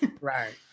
Right